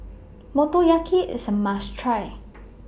Motoyaki IS A must Try